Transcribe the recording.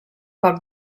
poc